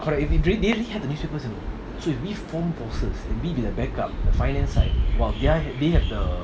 they already had the newspapers you know so if we form forces and we be the backup the finance side while they are they have the